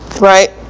right